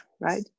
right